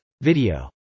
video